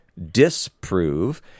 disprove